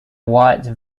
white